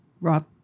Rob